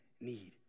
need